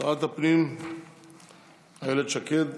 שרת הפנים אילת שקד,